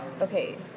Okay